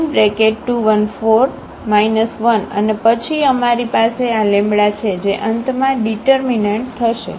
તેથી A2 1 4 1 અને પછી અમારી પાસે આ લેમ્બડા છે જે અંતમાં ઙીટરમીનન્ટ થશે